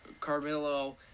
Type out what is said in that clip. carmelo